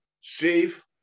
safe